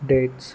dates